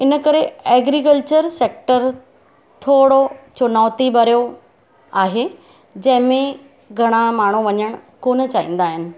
इनकरे agriculture sector थोरो चुनौती भरियो आहे जंहिं में घणा माण्हू वञणु कोन चाहींदा आहिनि